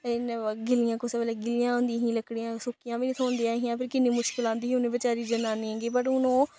ते इन्नै गिल्लियां कुसै बेल्लै गिल्लियां होंदियां हियां लकड़ियां सुक्कियां बी निं थ्होंदियां ऐ हियां फिर किन्नी मुश्कल औंदी ही उन बचारी जनानियें गी बट हून ओह्